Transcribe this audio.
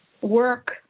work